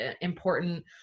important